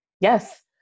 Yes